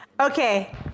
Okay